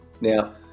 Now